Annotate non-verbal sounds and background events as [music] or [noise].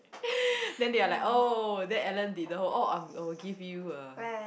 [breath] then they are like oh then Ellen did the oh I'll give you a